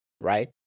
right